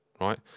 right